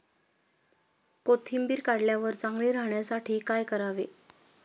कोथिंबीर काढल्यावर चांगली राहण्यासाठी काय करावे?